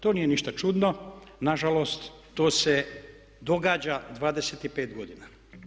To nije ništa čudno, nažalost to se događa 25 godina.